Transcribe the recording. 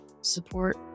Support